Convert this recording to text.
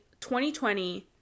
2020